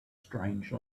strange